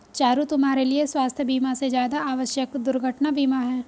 चारु, तुम्हारे लिए स्वास्थ बीमा से ज्यादा आवश्यक दुर्घटना बीमा है